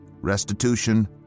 restitution